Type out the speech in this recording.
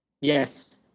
Yes